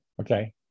Okay